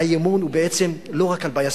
האי-אמון הוא בעצם לא רק על בעיה ספציפית,